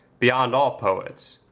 beyond all poets.